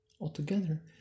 Altogether